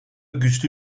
güçlü